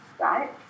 right